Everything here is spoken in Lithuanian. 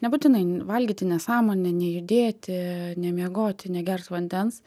nebūtinai valgyti nesąmonę nejudėti nemiegoti negert vandens